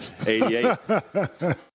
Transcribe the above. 88